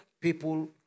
people